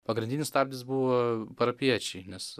pagrindinis stabdis buvo parapijiečiai nes